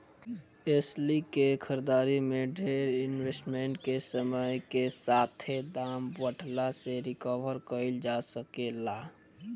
एस्ली के खरीदारी में डेर इन्वेस्टमेंट के समय के साथे दाम बढ़ला से रिकवर कईल जा सके ला